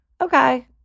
okay